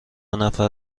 نفر